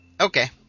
Okay